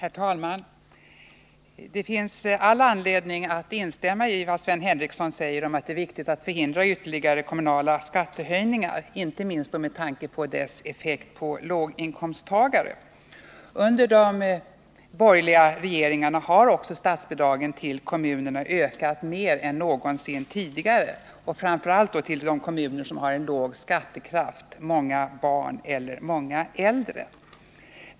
Herr talman! Det finns all anledning att instämma i vad Sven Henricsson säger om att det är viktigt att förhindra ytterligare kommunala skattehöjningar, inte minst med tanke på deras effekt för låginkomsttagare. Under de borgerliga regeringarna har också statsbidragen till kommunerna ökat mer än någonsin tidigare, framför allt bidragen till de kommuner som har låg skattekraft, många barn eller många äldre.